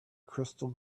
crystal